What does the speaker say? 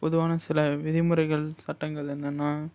பொதுவான சில விதிமுறைகள் சட்டங்கள் என்னென்னா